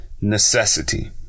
necessity